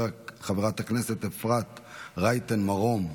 חברת הכנסת אפרת רייטן מרום,